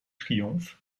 triomphe